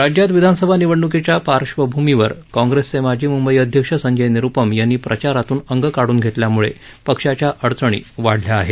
राज्यात विधानसभा निवडणुकीच्या पार्श्वभूमीवर काँप्रेसचे माजी मुंबई अध्यक्ष संजय निरुपम यांनी प्रचारातून अंग काढून घेतल्यामुळं पक्षाच्या अडचणी वाढल्या आहेत